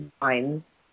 minds